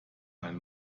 ein